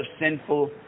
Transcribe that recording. sinful